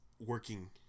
working